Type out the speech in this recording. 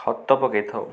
ଖତ ପକାଇଥାଉ